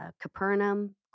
Capernaum